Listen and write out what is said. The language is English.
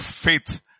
faith